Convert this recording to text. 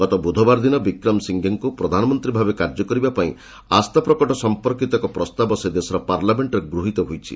ଗତ ବୁଧବାର ଦିନ ବିକ୍ରମ ସିଂଘେଙ୍କୁ ପ୍ରଧାନମନ୍ତ୍ରୀ ଭାବେ କାର୍ଯ୍ୟ କରିବା ପାଇଁ ଆସ୍ଥାପ୍ରକଟ ସମ୍ପର୍କୀତ ଏକ ପ୍ରସ୍ତାବ ସେ ଦେଶର ପାର୍ଲାମେଣ୍ଟରେ ଗୃହିତ ହୋଇଥିଲା